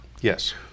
Yes